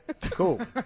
Cool